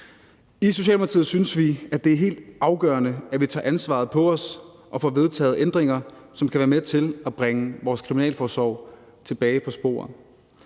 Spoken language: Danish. I Socialdemokratiet synes vi, det er helt afgørende, at vi tager ansvaret på os og får vedtaget ændringer, som kan være med til at bringe vores kriminalforsorg tilbage på sporet.